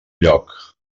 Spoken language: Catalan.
lloc